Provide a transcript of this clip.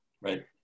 Right